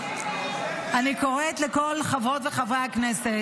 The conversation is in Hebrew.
אני קוראת לכל חברות וחברי הכנסת,